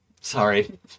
Sorry